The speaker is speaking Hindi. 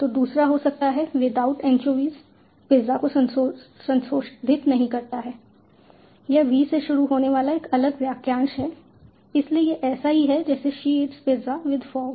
तो दूसरा हो सकता है विदाउट एनचोवीज पिज़्ज़ा को संशोधित नहीं करता है यह V से शुरू होने वाला एक अलग वाक्यांश है इसलिए यह ऐसा ही है जैसे she it's pizza with fog